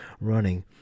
running